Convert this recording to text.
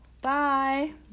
Bye